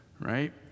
right